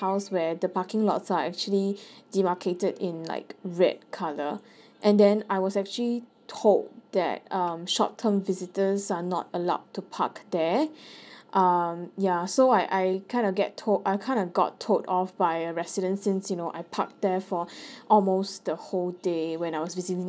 house where the parking lots are actually demarcated in like red colour and then I was actually told that um short term visitors are not allowed to park there um ya so I I kind of get told I kind of got told off by a resident since you know I parked there for almost the whole day when I was visiting